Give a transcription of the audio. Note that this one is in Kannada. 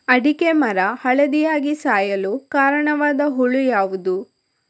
ಅಡಿಕೆ ಮರ ಹಳದಿಯಾಗಿ ಸಾಯಲು ಕಾರಣವಾದ ಹುಳು ಯಾವುದು?